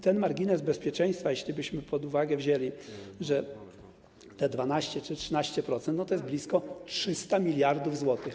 Ten margines bezpieczeństwa, jeśli wzięlibyśmy pod uwagę, że te 12 czy 13% to jest blisko 300 mld zł.